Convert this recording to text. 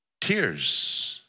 tears